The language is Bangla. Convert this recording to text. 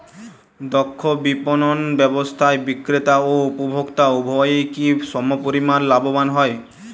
দক্ষ বিপণন ব্যবস্থায় বিক্রেতা ও উপভোক্ত উভয়ই কি সমপরিমাণ লাভবান হয়?